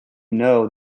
know